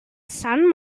san